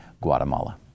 Guatemala